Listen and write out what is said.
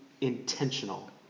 intentional